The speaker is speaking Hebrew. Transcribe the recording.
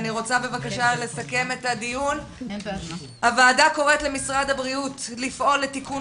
אני רוצה לסכם את הדיון: הוועדה קוראת למשרד הבריאות לפעול לתיקון